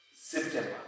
September